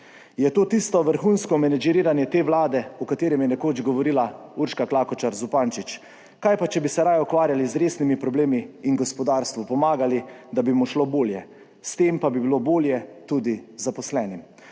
Je to tisto vrhunsko menedžeriranje te Vlade, o katerem je nekoč govorila Urška Klakočar Zupančič? Kaj pa, če bi se raje ukvarjali z resnimi problemi in gospodarstvu pomagali, da bi mu šlo bolje. S tem pa bi bilo bolje tudi zaposlenim.